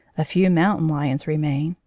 a few mountain lions remain.